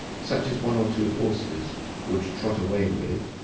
such as one or two horses would trot away with,